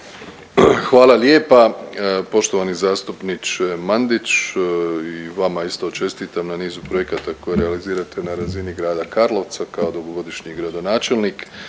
Hvala lijepa poštovani zastupniče Mandić. I vama isto čestitam na nizu projekata koje realizirate na razini grada Karlovca kao dugogodišnji gradonačelnik.